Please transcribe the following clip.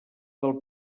del